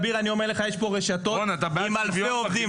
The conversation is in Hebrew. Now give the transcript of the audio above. אביר, אני אומר לך, יש פה רשתות עם אלפי עובדים.